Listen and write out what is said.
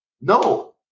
No